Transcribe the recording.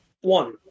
One